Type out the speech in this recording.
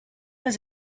was